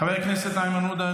חבר הכנסת איימן עודה,